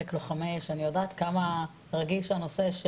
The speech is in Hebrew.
אני יודעת כמה רגיש הנושא,